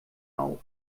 auf